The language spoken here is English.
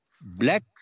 black